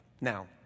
Now